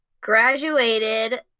graduated